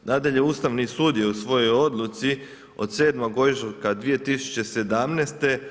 Nadalje, ustavni sud je u svojoj odluci od 7. ožujka 2017.